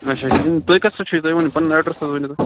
اچھا اچھا تُہۍ کَتھ سۭتۍ چھُوتُہۍ ؤنو پَنُن ایٚڈرَس حظ ؤنو تُہۍ